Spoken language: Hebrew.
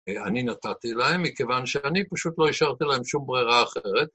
אני נתתי להם מכיוון שאני פשוט לא השארתי להם שום ברירה אחרת.